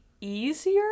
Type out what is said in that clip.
easier